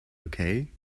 okay